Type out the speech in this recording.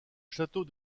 château